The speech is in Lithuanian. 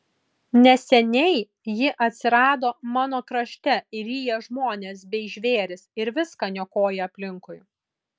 neseniai ji atsirado mano krašte ir ryja žmones bei žvėris ir viską niokoja aplinkui